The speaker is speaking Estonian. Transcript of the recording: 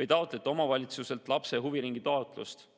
või taotlete omavalitsuselt lapse huviringi toetust.